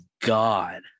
God